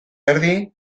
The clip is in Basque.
erdi